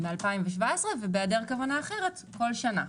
מ-2017, ובהיעדר כוונה אחרת כל שנה.